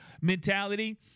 mentality